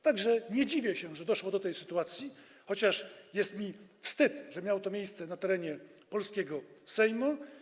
Tak że nie dziwię się, że doszło do tej sytuacji, chociaż jest mi wstyd, że miało to miejsce na terenie polskiego Sejmu.